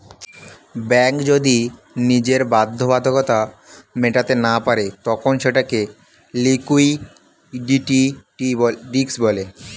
bank যদি নিজের বাধ্যবাধকতা মেটাতে না পারে তখন সেটাকে লিক্যুইডিটি রিস্ক বলে